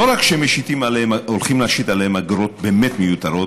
לא רק שהולכים להשית עליהם אגרות באמת מיותרות,